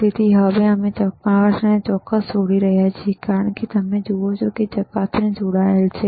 તેથી હવે અમે ચકાસણીને જોડી રહ્યા છીએ કારણ કે તમે જુઓ છો કે ચકાસણી જોડાયેલ છે